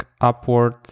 upward